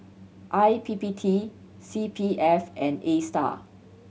I P P T C P F and Astar